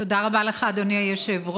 תודה רבה לך, אדוני היושב-ראש.